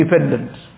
independent